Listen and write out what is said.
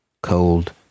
cold